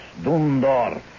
Dundorf